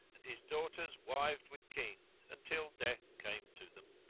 and his daughters wived with kings, until death came to them.